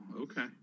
Okay